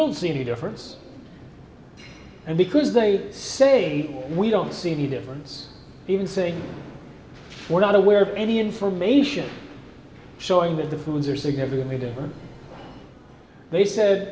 don't see any difference and because they say we don't see any difference even saying we're not aware of any information showing that the foods are significantly different they said